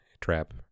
trap